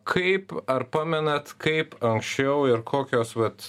kaip ar pamenat kaip anksčiau ir kokios vat